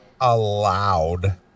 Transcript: allowed